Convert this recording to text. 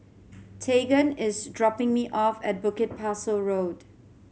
Tegan is dropping me off at Bukit Pasoh Road